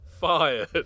Fired